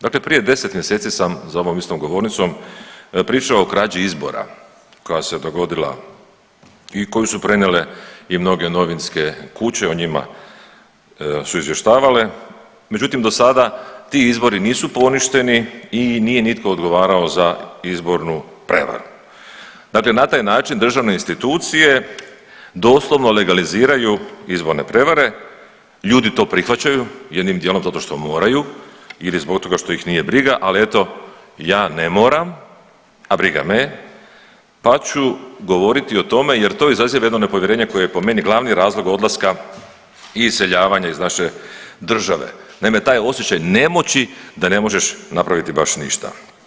Dakle prije 10 mjeseci sam za ovom istom govornicom pričao o krađi izbora koja se dogodila i koju su prenijele i mnoge novinske kuće, o njima su izvještavale, međutim do sada ti izbori nisu poništeni i nije nitko odgovarao za izbornu prevaru, dakle na taj način državne institucije doslovno legaliziraju izborne prevare, ljudi to prihvaćaju, jednim dijelom zato što moraju ili zbog toga što ih nije briga, ali eto ja ne moram, a briga me je, pa ću govoriti o tome jer to izaziva jedno nepovjerenje koje je po meni glavni razlog odlaska i iseljavanja iz naše države, naime taj osjećaj nemoći da ne možeš napraviti baš ništa.